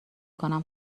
کنم